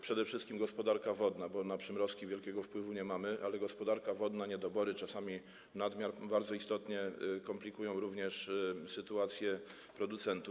Przede wszystkim gospodarka wodna, bo na przymrozki wielkiego wpływu nie mamy, ale gospodarka wodna, niedobory, czasami nadmiar, bardzo istotnie komplikują również sytuację producentów.